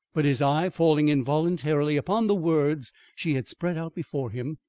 but his eye falling involuntarily upon the words she had spread out before him,